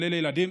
כלא לילדים,